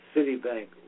Citibank